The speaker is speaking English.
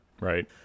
Right